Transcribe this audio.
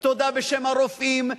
תודה בשם הרופאים,